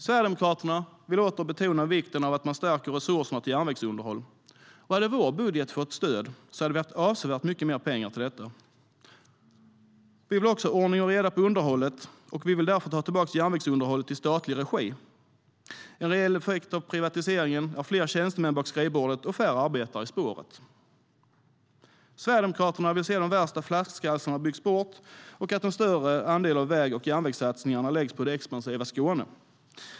Sverigedemokraterna vill åter betona vikten av att man stärker resurserna till järnvägsunderhåll. Hade vår budget fått stöd hade vi haft avsevärt mycket mer pengar till detta. Vi vill ha ordning och reda på underhållet. Vi vill därför ta tillbaka järnvägsunderhållet i statlig regi. En reell effekt av privatiseringen är fler tjänstemän bakom skrivbordet och färre arbetare i spåret. Sverigedemokraterna vill se att de värsta flaskhalsarna byggs bort och att en större andel av väg och järnvägssatsningarna läggs på det expansiva Skåne.